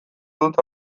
dut